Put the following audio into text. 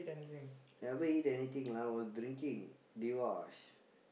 never eat anything lah all drinking